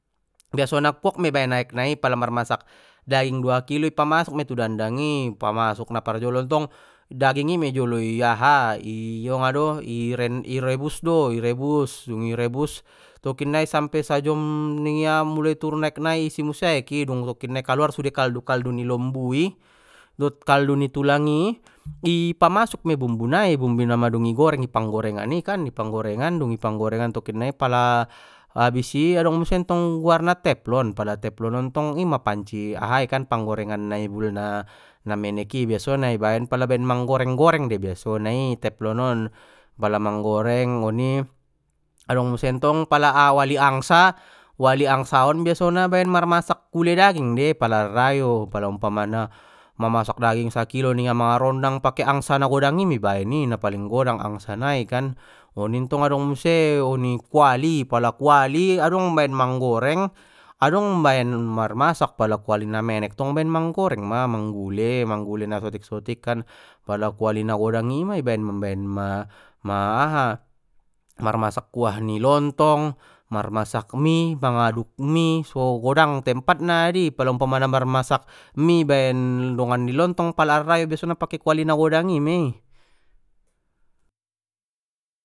Biasona gok mei ibaen aek na i pala marmasak daging dua kilo ipamasuk mei tu dandang i i pamasuk naprjolo ntong daging i mei parjolo i aha i onga do i rebus do i rebus dung i rebus tokinnai sampe sajom ningia mulai turun aek i isi muse aek i dung tokinnai kaluar sude kaldu kaldu ni lombui dot kaldu ni tulangi ipamasuk mei bumbu nai bumbu na madung i goreng ipanggorengan i kan i panggorengan dung i panggorengan tokinnai pala abis i adong muse ntong guarna teflon pala teflon on tong ima panci aha i kan panggorengan na ibul na menek i biasona i baen pala baen manggoreng goreng dei biasona i teflon on pala menggoreng oni adong muse ntong pala a wali angsa wali angsa on biasona baen marmasak gule daging dei pala ari rayo pala umpamana marmasak daging sakilo ningia marondang pake angsa na godang i mei ibaen i na paling godang angsa nai kan oni ntong adong muse oni kuali pala kuali adong baen manggoreng adong baen marmasak pala kuali na menek ntong baen manggoreng ma manggule manggule na sotik sotik kan pala kuali na godang i ima i baen mambaen ma-ma- aha marmasak kuah ni lontong mar masak mie mangaduk mie so godang tempatna adi pala umpamana marmasak mie baen dongan ni lontong pala ari rayo biasona pake kuali na godang i mei.